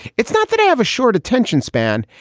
it's not that they have a short attention span.